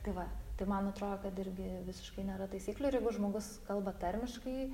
tai va tai man atrodo kad irgi visiškai nėra taisyklių ir jeigu žmogus kalba tarmiškai